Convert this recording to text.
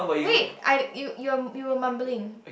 wait I you you are you are mumbling